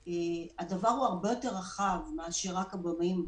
אבל הדבר הוא הרבה יותר רחב מאשר רק במאים.